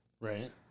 Right